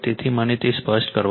તેથી મને તે સ્પષ્ટ કરવા દો